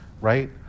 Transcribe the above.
right